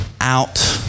out